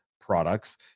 products